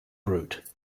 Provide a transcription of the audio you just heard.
route